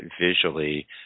visually